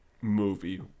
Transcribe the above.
Movie